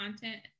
content